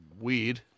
Weird